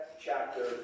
chapter